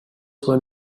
were